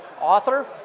author